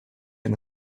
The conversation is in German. ein